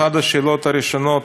אחת השאלות הראשונות